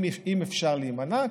אם אפשר להימנע,